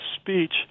speech